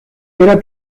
era